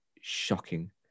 shocking